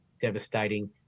devastating